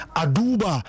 aduba